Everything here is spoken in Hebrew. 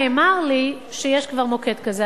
נאמר לי שיש כבר מוקד כזה,